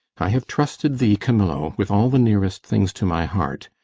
i have trusted thee, camillo, with all the nearest things to my heart,